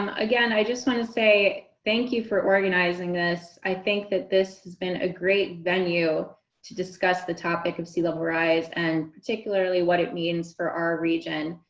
and again, i just want to say thank you for organizing this. i think that this has been a great venue to discuss the topic of sea level rise, and particularly what it means for our region.